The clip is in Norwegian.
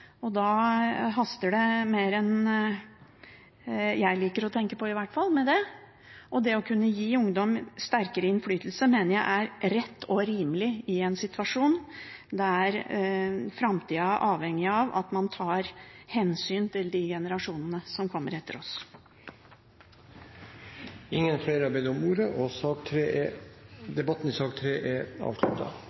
og da haster det med det mer enn det jeg liker å tenke på i hvert fall, og det å kunne gi ungdom sterkere innflytelse mener jeg er rett og rimelig i en situasjon der framtida er avhengig av at man tar hensyn til de generasjonene som kommer etter oss. Flere har ikke bedt om ordet til sak nr. 3. Denne saken er